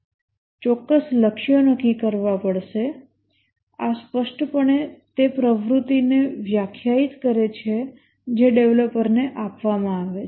ચોક્કસ લક્ષ્યો નક્કી કરવા પડશે આ સ્પષ્ટપણે તે પ્રવૃત્તિને વ્યાખ્યાયિત કરે છે જે ડેવલપરને આપવામાં આવે છે